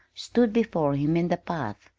stood before him in the path.